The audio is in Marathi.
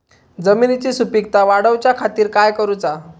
जमिनीची सुपीकता वाढवच्या खातीर काय करूचा?